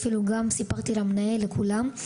וסיפרתי גם למנהל ולכולם.